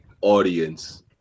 audience